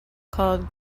called